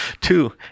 two